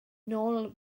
nôl